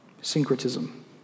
syncretism